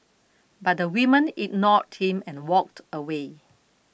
but the woman ignored him and walked away